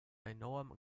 enorm